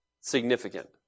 significant